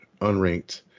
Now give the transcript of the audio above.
unranked